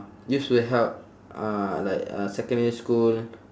used to have uh like uh secondary school